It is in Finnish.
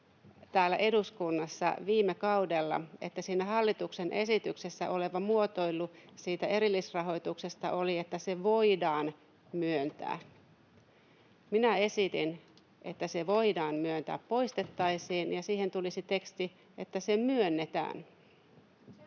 täällä eduskunnassa viime kaudella, että kun siinä hallituksen esityksessä oleva muotoilu erillisrahoituksesta oli, että se ”voidaan myöntää”, niin se ”voidaan myöntää” poistettaisiin ja siihen tulisi teksti, että se ”myönnetään”.